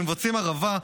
ומבצעים הרעבה,